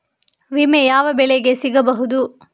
ವಿಮೆ ಯಾವ ಬೆಳೆಗೆ ಸಿಗಬಹುದು?